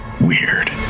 weird